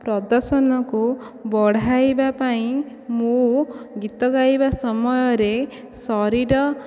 ପ୍ରଦର୍ଶନକୁ ବଢ଼ାଇବା ପାଇଁ ମୁଁ ଗୀତ ଗାଇବା ସମୟରେ ଶରୀର